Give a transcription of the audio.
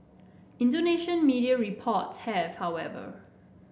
Indonesian media reports have however